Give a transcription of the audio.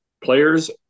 players